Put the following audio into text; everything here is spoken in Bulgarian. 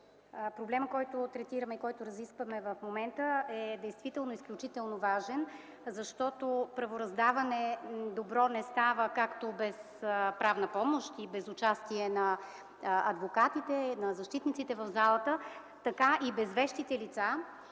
Проблемът, който третираме и разискваме в момента, е изключително важен, защото добро правораздаване не става както без правна помощ и без участие на адвокатите и на защитниците в залата, така и без вещите лица,